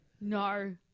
No